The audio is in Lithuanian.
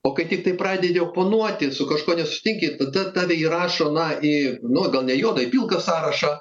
o kai tiktai pradedi oponuoti su kažkuo nesutinki tada tave įrašo na į nu gal ne juodą į pilką sąrašą